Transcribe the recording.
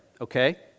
Okay